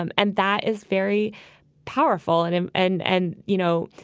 um and that is very powerful. and and and and, you know,